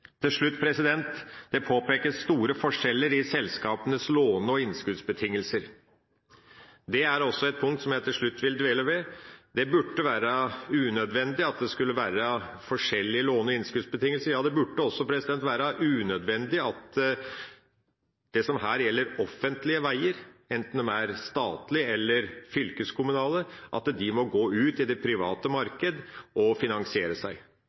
Til slutt: Det påpekes store forskjeller i selskapenes låne- og innskuddsbetingelser. Det er også et punkt som jeg til slutt vil dvele ved. Det burde være unødvendig at det skulle være forskjellige låne- og innskuddsbetingelser. Ja, det burde også være unødvendig at offentlige veier, enten de er statlige eller fylkeskommunale, må gå ut i det private marked for å få finansiering. Det burde her kunne være mulig at en fikk en finansieringsordning fra statens hånd og